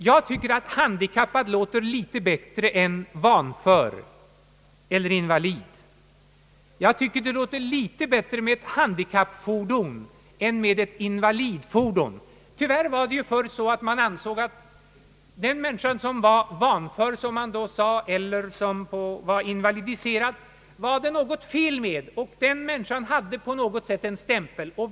Jag tycker att handikappad låter litet bättre än vanför eller invalid. Jag tycker också att det låter litet bättre med handikappfordon än med invalidfordon. Tyvärr ansåg man förr i tiden att det var något fel med den människa som var, som man sade, vanför eller invalidiserad. Den människan hade på något sätt en stämpel på sig.